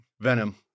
venom